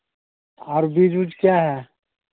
और बीज ऊज क्या है